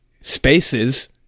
spaces